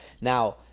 Now